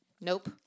Nope